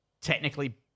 Technically